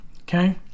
okay